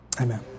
Amen